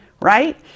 right